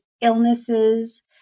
illnesses